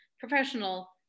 Professional